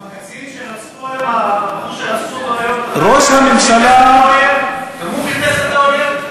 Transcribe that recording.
גם הבחור שרצחו אותו היום, גם הוא חיפש את האויב?